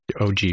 OG